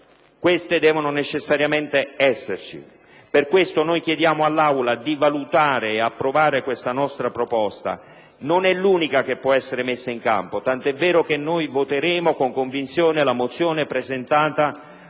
coperture debbono necessariamente esserci. Per questo chiediamo all'Aula di valutare e approvare questa nostra proposta: non è l'unica che può essere messa in campo, tant'è vero che voteremo con convinzione la mozione presentata